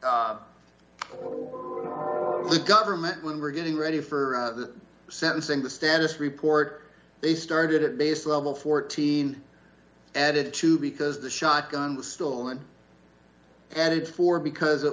the government when we're getting ready for the sentencing the status report they started at base level fourteen added to because the shotgun was still an added four because it